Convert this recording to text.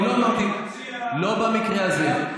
אני לא אמרתי, לא במקרה הזה.